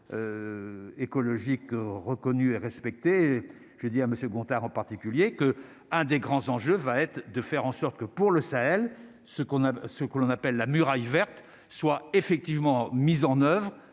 agro-écologique reconnue et respectée je ai dit à monsieur Gontard en particulier que un des grands enjeux, va être de faire en sorte que pour le Sahel, ce qu'on a ce qu'on appelle la Muraille verte soit effectivement mises en oeuvre